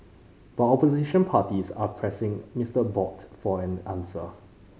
but opposition parties are pressing Mister Abbott for an answer